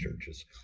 churches